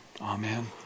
amen